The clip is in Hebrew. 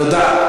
תודה.